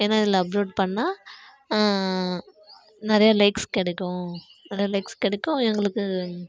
ஏன்னா இதில் அப்லோட் பண்ணால் நிறைய லைக்ஸ் கிடைக்கும் நிறைய லைக்ஸ் கிடைக்கும் எங்களுக்கு